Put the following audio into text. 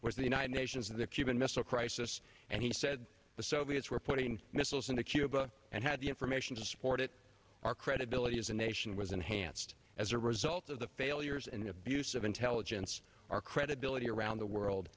was the united nations in the cuban missile crisis and he said the soviets were putting missiles into cuba and had the information to support it our credibility as a nation was enhanced as a result of the failures and the abuse of intelligence our credibility around the world